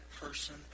person